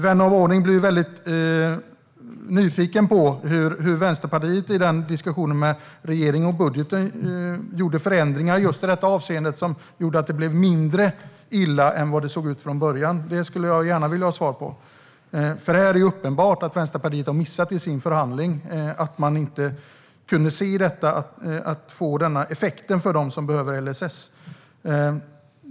Vän av ordning blir väldigt nyfiken på hur Vänsterpartiet i diskussionen med regeringen om budgeten gjorde förändringar i detta avseende som gjorde att det blev mindre illa än vad det såg ut från början. Det skulle jag gärna vilja ha svar på. Här är det uppenbart att Vänsterpartiet har missat i sin förhandling och att man inte kunde se att det kunde få denna effekt för dem som behöver LSS.